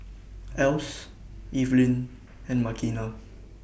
Else Evelyn and Makena